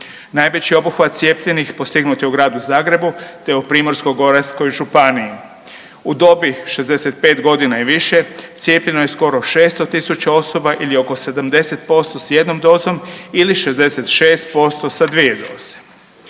Najveći obuhvat cijepljenih postignut je u Gradu Zagrebu te u Primorsko-goranskoj županiji. U dobi 65 godina i više cijepljeno je skoro 600.000 osoba ili oko 70% s jednom dozom ili 66% sa 2 doze.